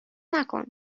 نکن